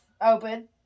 open